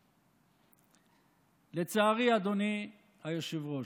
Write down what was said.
לצערי, אדוני היושב-ראש,